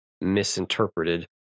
misinterpreted